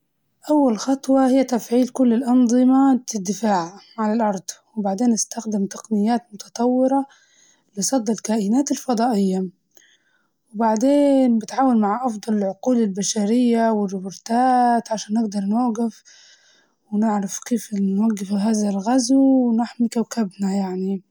أول خطوة هي تفعيل كل الأنظمة الدفاع على الأرض، وبعدين أستخدم تقنيات متطورة لصد الكائنات الفضائية، وبعدين بتعاون مع أفضل العقول البشرية والروبورتات عشان نقدر نوقف ونعرف كيف نوقفوا هزا الغزو ونحمي كوكبنا يعني.